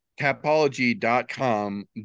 Tapology.com